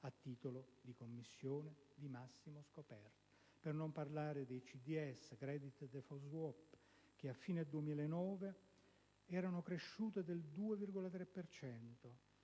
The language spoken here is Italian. a titolo di commissioni di massimo scoperto. Per non parlare dei *credit default swap* (CDS), che a fine 2009 erano cresciuti del 2,3